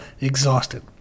exhausted